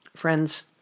Friends